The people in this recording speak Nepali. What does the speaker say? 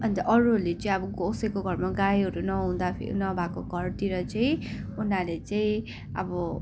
अन्त अरूहरूले चाहिँ अब कसैको गाईहरू नहुँदाखेरि नभएको घरतिर चाहिँ उनीहरूले चाहिँ अब